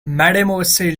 mademoiselle